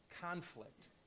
conflict